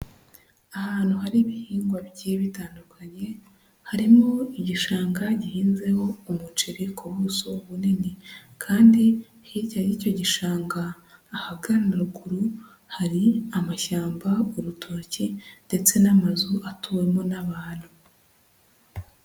Ahantu hari ibihingwa bigiye bitandukanye, harimo igishanga gihinziho umuceri ku buso bunini kandi hirya y'icyo gishanga ahagana ruguru hari amashyamba, urutoki ndetse n'amazu atuwemo n'abantu.